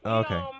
okay